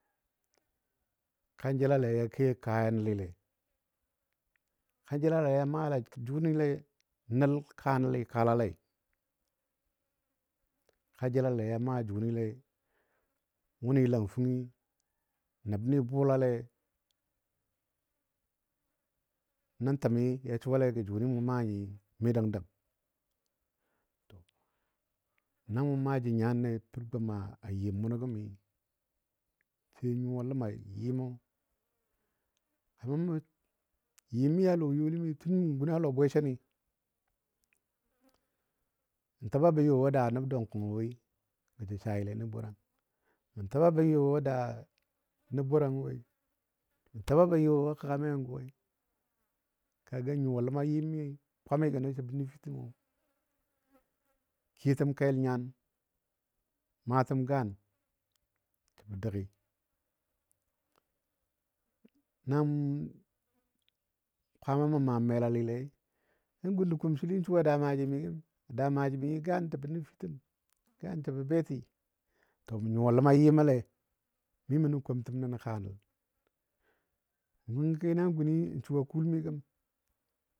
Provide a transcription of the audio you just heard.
Kanjəlale yan ke kaya nəlli le, ka jəlale ya maala jʊnile nəl kaa nəli kalalei. Ka jəlale ya maa jʊnile wʊni lam fəngɔ nəbni bʊlale nən təmi ya sulegɔ jʊni mʊ maa nyi, mi dəng dəng. To namʊ maa jə nyannə pər gwam a yɨm munɔ gəmi sai nyuwa ləma yɨmo. A bʊmbɔ yɨm ni a lɔ youlini tun mə gun a lɔ bwesəni mə tababɔ yɔ wo a daa nəb dwankʊng woi gə jə saile nən borang, mə taba bɔ yɔ wo a daa nəborang woi, mə tababɔ yɔ wo a kəga mai unguwai. Ka ga nyuwa ləma. yɨmni kwamigən səbɔ nəfitəmo kiyotəm kel nyan, maatəm gan təbə dəgi nam, kwama mə maam melalilei nan gun nə kumsili su daa maaji mi gəm. A daa maaji mi gaan təbə nəfitəm, gaan təbə beti. To mə nyuwa ləma yɨmɔle mi mə nə komtəm nənɔ kaa nəl, kənki nan guni n suwa kuul mi gəm.